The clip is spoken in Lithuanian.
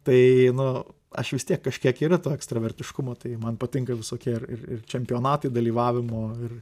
tai nu aš vis tiek kažkiek yra to ekstravertiškumo tai man patinka visokie ir ir ir čempionatai dalyvavimo ir